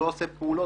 לא עושה פעולות,